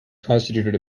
constituted